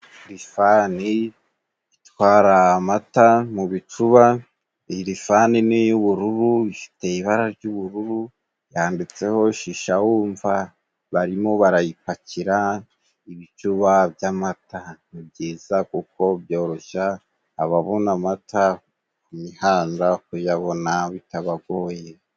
Rifani itwara amata mu bicuba iyi Rifani ni iy'ubururu, ifite ibara ry'ubururu, yanditseho "Shishawumva" barimo barayipakira ibicuba by'amata, ni byiza kuko byoroshya ababona amata ku mihanda kuyabona bitabagoye.